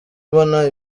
mbona